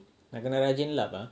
nak kena rajin lap lah